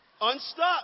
unstuck